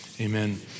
amen